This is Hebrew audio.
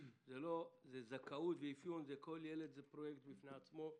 שם כל ילד הוא פרויקט בפני עצמו,